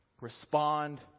Respond